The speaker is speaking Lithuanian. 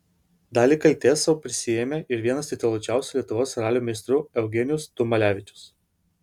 dalį kaltės sau prisiėmė ir vienas tituluočiausių lietuvos ralio meistrų eugenijus tumalevičius